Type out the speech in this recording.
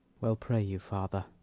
well pray you, father.